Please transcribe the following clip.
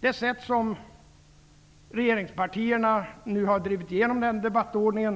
Det sätt på vilket regeringspartierna nu har drivit igenom debattordningen